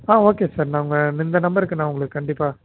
ஆ okay sir நாங்கள் இந்த நம்பருக்கு நான் உங்களுக்கு கண்டிப்பாக